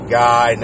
guy